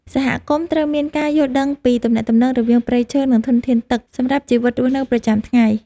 សហគមន៍ត្រូវមានការយល់ដឹងពីទំនាក់ទំនងរវាងព្រៃឈើ និងធនធានទឹកសម្រាប់ជីវិតរស់នៅប្រចាំថ្ងៃ។